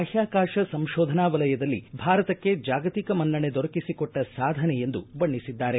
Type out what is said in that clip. ಬಾಹ್ನಾಕಾಶ ಸಂಶೋಧನಾ ವಲಯದಲ್ಲಿ ಭಾರತಕ್ಕೆ ಜಾಗತಿಕ ಮನ್ನಣೆ ದೊರಕಿಸಿಕೊಟ್ಟ ಸಾಧನೆ ಎಂದು ಬಣ್ಣಿಸಿದ್ದಾರೆ